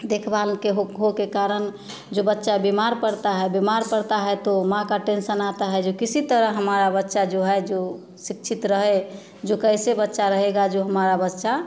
देखभाल के होने हो के कारण जो बच्चा बीमार पड़ता है बीमार पड़ता है तो माँ का टेंशन आता है जो किसी तरह हमारा बच्चा जो है जो शिक्षित रहे जो कैसे बच्चा रहेगा जो हमारा बच्चा